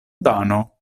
dano